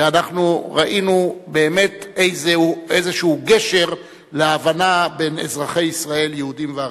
ואנחנו ראינו באמת איזשהו גשר להבנה בין אזרחי ישראל יהודים וערבים.